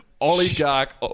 oligarch